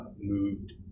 moved